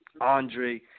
Andre